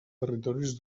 territoris